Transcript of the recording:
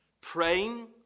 praying